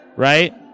Right